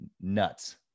nuts